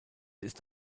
ist